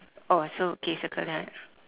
oh so okay circle that